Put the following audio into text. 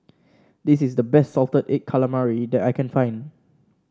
this is the best Salted Egg Calamari that I can find